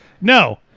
no